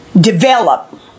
develop